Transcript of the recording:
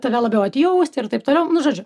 tave labiau atjausti ir taip toliau nu žodžiu